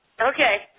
Okay